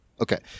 Okay